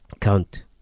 count